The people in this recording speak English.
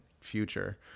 future